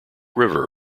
river